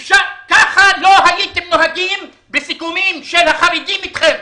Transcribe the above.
ככה לא הייתם נוהגים בסיכומים של החריגים איתכם.